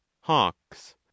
hawks